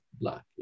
black